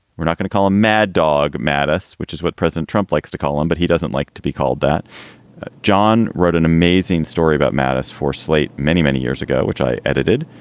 we're not going to call him mad dog mattis, which is what president trump likes to call him, but he doesn't like to be called that john wrote an amazing story about mattis for slate many, many years ago, which i edited.